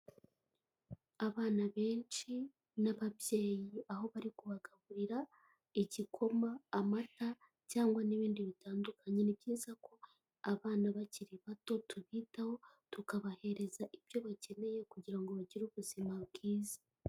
Abana benshi n'ababyeyi aho bari kubagaburira igikoma, amata cyangwa n'ibindi bitandukanye, ni byiza ko abana bakiri bato tubitaho tukabahereza ibyo bakeneye kugira ngo bagire ubuzima bwiza.